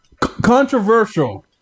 Controversial